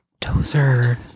Dozer